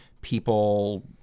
people